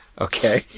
Okay